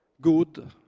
good